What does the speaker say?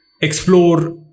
explore